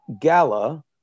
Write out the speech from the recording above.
gala